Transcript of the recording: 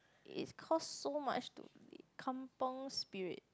it costs so much to be kampung spirit